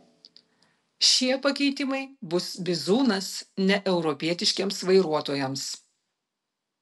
šie pakeitimai bus bizūnas neeuropietiškiems vairuotojams